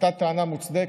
הייתה טענה מוצדקת,